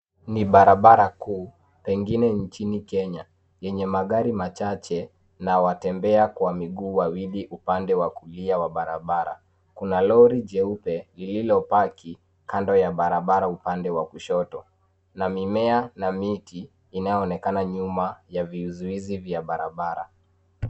Ni barabara kuu pengine ni nchini Kenya yenye magari machache na wanaotembea kwa miguu wawili upande wa kulia wa barabara. Kuna lori jeupe lililo paki kando ya barabara upande wa kushoto na mimea na miti inaonekana nyuma ya vizuizi vya barabara.